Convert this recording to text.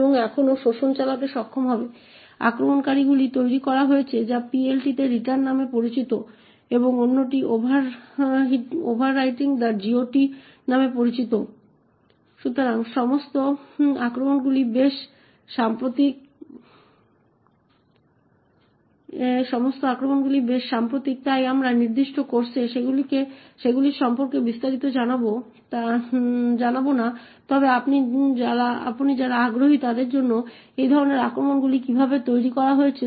তাই যদিও সোর্স কোডটি আপনাকে দেওয়া হয়েছে আসলে GDB ব্যবহার করা ভাল হবে s এর সঠিক অবস্থানগুলি চিহ্নিত করতে সেই অনুযায়ী প্রোগ্রামগুলি সংশোধন করতে হবে